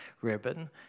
ribbon